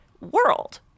world